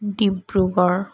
Dibrugarh